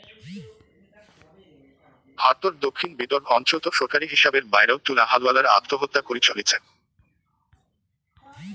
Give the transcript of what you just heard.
ভারতর দক্ষিণ বিদর্ভ অঞ্চলত সরকারী হিসাবের বায়রাও তুলা হালুয়ালার আত্মহত্যা করি চলিচে